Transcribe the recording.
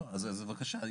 אז, בבקשה.